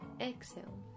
exhale